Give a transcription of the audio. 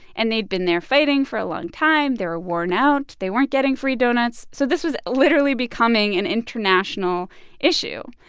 and they'd been there fighting for a long time. they were worn out. they weren't getting free doughnuts. so this was literally becoming an international issue.